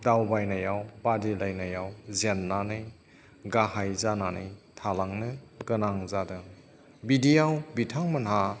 दावबायनायाव बादिलायनायाव जेन्नानै गाहाय जानानै थालांनो गोनां जादों बिदियाव बिथांमोनहा